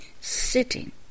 sitting